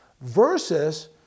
versus